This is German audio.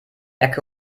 ecke